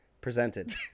Presented